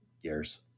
years